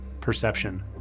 perception